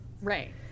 Right